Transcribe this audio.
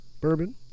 bourbon